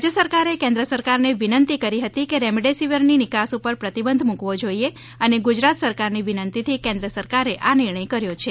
રાજય સરકારે કેન્દ્ર સરકારને વિનંતી કરી હતી કે રેમડેસીવીરની નિકાસ પર પ્રતિબંધ મૂકવો જોઈએ અને ગુજરાત સરકારની વિનંતી થી કેન્દ્ર સરકારે આ નિર્ણય કર્યો છે